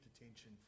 attention